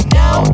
now